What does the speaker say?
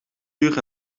uur